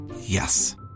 Yes